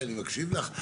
כן אני מקשיב לך,